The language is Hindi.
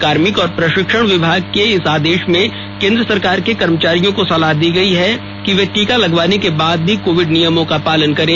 कार्मिक और प्रशिक्षण विभाग के इस आदेश में केन्द्र सरकार के कमर्चारियों को सलाह दी गई है कि वे टीका लगवाने के बाद भी कोविड नियमों का पालन करें